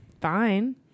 fine